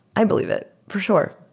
i believe it. for sure.